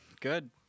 good